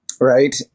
right